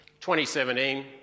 2017